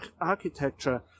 architecture